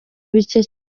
bike